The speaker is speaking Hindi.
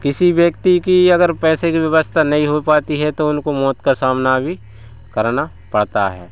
किसी व्यक्ति की अगर पैसे की व्यवस्था नहीं हो पाती है तो उनको मौत का सामना भी कराना पड़ता है